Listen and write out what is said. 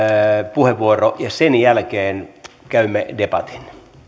puheenvuoro ja sen jälkeen käymme debatin